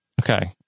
Okay